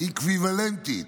אקוויוולנטית